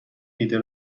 ایده